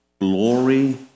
glory